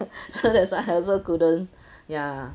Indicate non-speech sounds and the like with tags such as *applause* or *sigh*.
so that's why I also couldn't *breath* ya